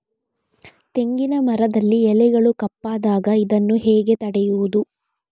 ತೆಂಗಿನ ಮರದಲ್ಲಿ ಎಲೆಗಳು ಕಪ್ಪಾದಾಗ ಇದನ್ನು ಹೇಗೆ ತಡೆಯುವುದು?